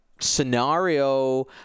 scenario